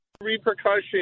repercussions